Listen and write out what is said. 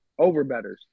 Overbetters